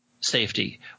Safety